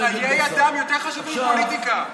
חיי אדם יותר חשובים מפוליטיקה.